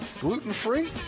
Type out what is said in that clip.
Gluten-free